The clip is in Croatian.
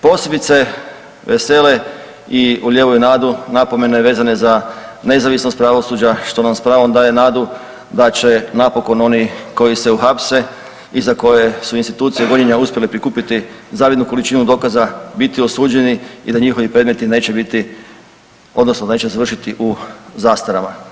Posebice vesele i ulijevaju nadu napomene vezane za nezavisnost pravosuđa što nam s pravom daje nadu da će napokon oni koji se uhapse i za koje su institucije gonjenja uspjele prikupiti zavidnu količinu dokaza biti osuđeni i da njihovi predmeti neće biti odnosno neće završiti u zastarama.